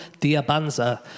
Diabanza